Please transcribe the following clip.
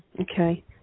Okay